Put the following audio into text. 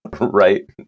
Right